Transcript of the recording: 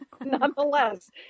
nonetheless